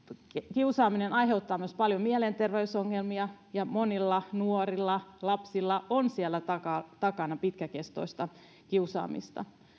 kiusaaminen aiheuttaa myös paljon mielenterveysongelmia ja monilla nuorilla ja lapsilla on siellä takana takana pitkäkestoista kiusaamista